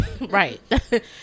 right